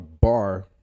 bar